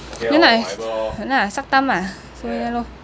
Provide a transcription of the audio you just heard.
you know I !hanna! suck thumb ah so ya lor